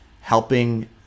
helping